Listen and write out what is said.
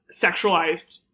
sexualized